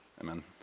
Amen